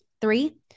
Three